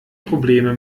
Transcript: probleme